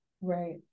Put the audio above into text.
right